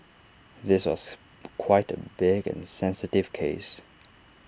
this was quite A big and sensitive case